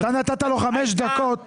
אתה נתת לו חמש דקות.